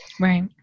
Right